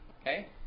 Okay